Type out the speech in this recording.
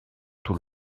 tout